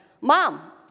mom